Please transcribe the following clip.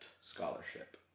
scholarship